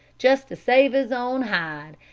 just to save his own hide,